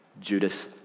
Judas